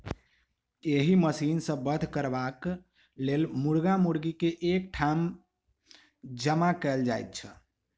एहि मशीन सॅ वध करबाक लेल मुर्गा मुर्गी के एक ठाम जमा कयल जाइत छै